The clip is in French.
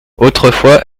autrefois